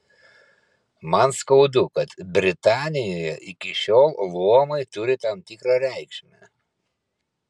man skaudu kad britanijoje iki šiol luomai turi tam tikrą reikšmę